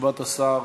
תשובת השר.